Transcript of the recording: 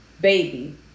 baby